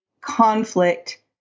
conflict